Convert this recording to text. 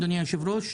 אדוני היושב-ראש,